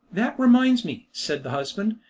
that reminds me, said the husband,